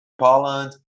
Poland